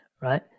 right